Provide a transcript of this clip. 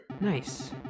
Nice